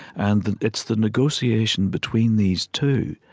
and it's the negotiation between these two,